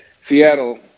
Seattle